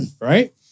right